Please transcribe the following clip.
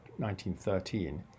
1913